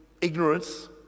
ignorance